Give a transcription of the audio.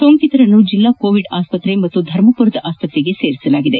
ಸೋಂಕಿತರನ್ನು ಜಿಲ್ಲಾ ಕೋವಿಡ್ ಆಸ್ವತ್ರೆ ಹಾಗೂ ಧರ್ಮಪುರದ ಆಸ್ವತ್ರೆಗೆ ದಾಖಲಿಸಲಾಗಿದೆ